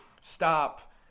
stop